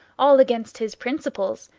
all against his principles,